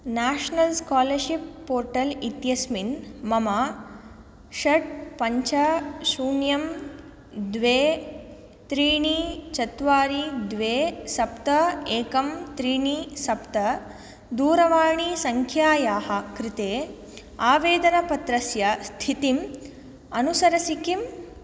national scholarship portal इत्यस्मिन् मम षट् पञ्च शून्यं द्वे त्रीणि चत्वारि द्वे सप्त एकं त्रीणि सप्त दूरवाणीसङ्ख्यायाः कृते आवेदनपत्रस्य स्थितिम् अनुसरसि किम्